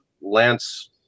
Lance